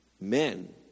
men